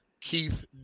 Keith